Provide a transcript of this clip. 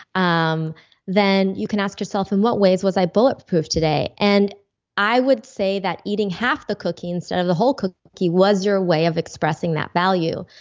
um then you can ask yourself, in what ways was i bulletproof today? and i would say that eating half the cookie instead of the whole cookie was your way of expressing that value,